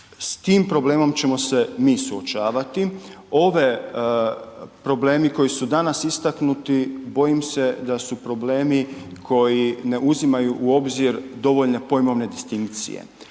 S tim problemom ćemo se mi suočavati, ovi problemi koji su danas istaknuti bojim se da su problemi koji ne uzimaju u obzir dovoljne pojmovne distinkcije